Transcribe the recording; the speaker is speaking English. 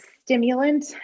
stimulant